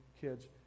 kids